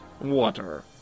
water